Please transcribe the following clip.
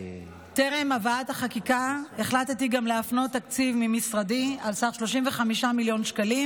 טרם הבאת החקיקה החלטתי גם להפנות תקציב ממשרדי על סך 35 מיליון שקלים